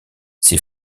ses